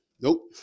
nope